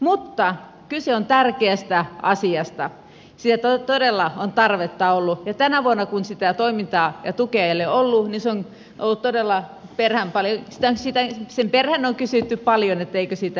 mutta kyse on tärkeästä asiasta sille todella on tarvetta ollut ja tänä vuonna kun sitä toimintaa ja tukea ei ole ollut niin sen perään on kysytty paljon että eikö sitä ole saatavilla